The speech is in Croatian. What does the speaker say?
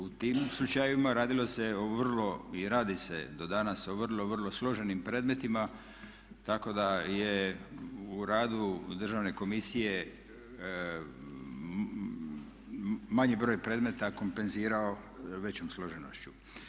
U tim slučajevima radilo se o vrlo, i radi se do danas, o vrlo, vrlo složenim predmetima tako da je u radu Državne komisije manji broj predmeta kompenzirao većom složenošću.